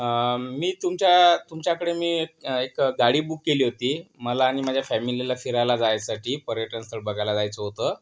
मी तुमच्या तुमच्याकडे मी एक गाडी बुक केली होती मला आणि माझ्या फॅमिलीला फिरायला जायसाठी पर्यटनस्थळ बघायला जायचं होतं